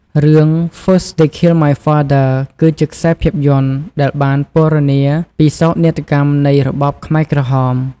រឿង First They Killed My Father គឺជាខ្សែភាពយន្តដែលបានពណ៌នាពីសោកនាដកម្មនៃរបបខ្មែរក្រហម។